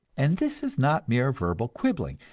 and this is not mere verbal quibbling,